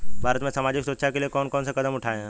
भारत में सामाजिक सुरक्षा के लिए कौन कौन से कदम उठाये हैं?